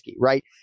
right